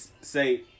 say